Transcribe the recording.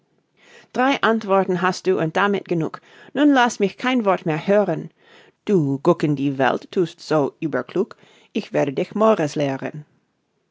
drei antworten hast du und damit genug nun laß mich kein wort mehr hören du guck in die welt thust so überklug ich werde dich mores lehren